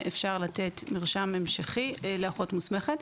אפשר לתת מרשם המשכי לאחות מוסמכת.